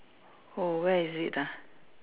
oh where is it ah